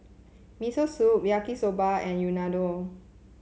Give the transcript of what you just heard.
Miso Soup Yaki Soba and Unadon